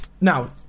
now